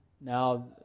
Now